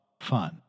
fun